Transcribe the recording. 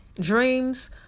Dreams